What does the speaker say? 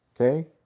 okay